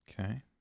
Okay